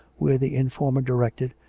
where the informer directed,